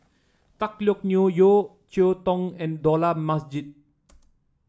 Tan Teck Neo Yeo Cheow Tong and Dollah Majid